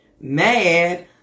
Mad